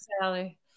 Sally